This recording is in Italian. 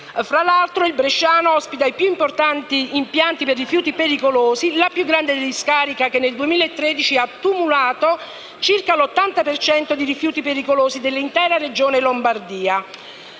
Tra l'altro, il bresciano ospita i più importanti impianti per rifiuti pericolosi e la più grande discarica, che nel 2013 ha accumulato circa l'80 per cento dei rifiuti pericolosi dell'intera Regione Lombardia.